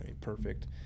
perfect